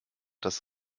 das